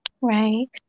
Right